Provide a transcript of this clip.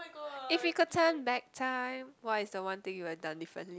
if we could turn back time what is the one thing you would've done differently